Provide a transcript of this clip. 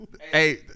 hey